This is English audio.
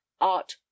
art